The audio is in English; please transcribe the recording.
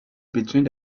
between